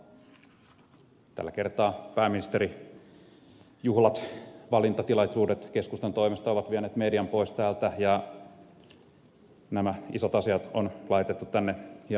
tällä kertaa pääministerijuhlat valintatilaisuudet keskustan toimesta ovat vieneet median pois täältä ja nämä isot asiat on laitettu tänne hieman myöhemmäksi